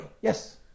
yes